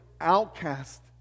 outcast